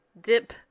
dip